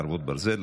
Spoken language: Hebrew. חרבות ברזל),